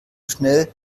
schnell